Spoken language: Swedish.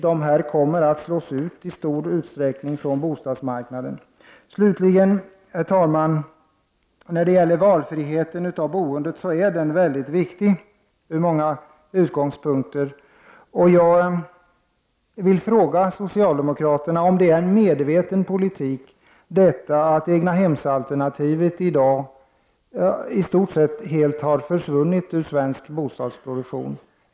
Dessa människor kommer i stor utsträckning att slås ut från bostadsmarknaden. Herr talman! Valfriheten i boendet är i många avseenden mycket viktig. Jag vill fråga socialdemokraterna om det är en medveten politik att egnahemsalternativet helt har försvunnit ur svensk bostadsproduktion i dag.